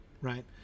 right